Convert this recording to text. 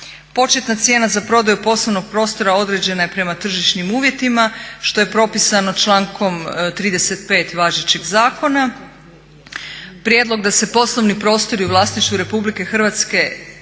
Početna cijena za prodaju poslovnog prostora određena je prema tržišnim uvjetima što je propisano člankom 35.važećeg zakona. Prijedlog da se poslovni prostori u vlasništvu RH ponude na prodaju